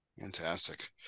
Fantastic